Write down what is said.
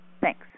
Thanks